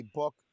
book